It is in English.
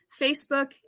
Facebook